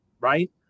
right